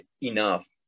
enough